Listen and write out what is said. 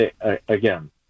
again